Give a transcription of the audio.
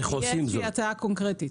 יש לי הצעה קונקרטית.